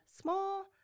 small